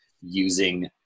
using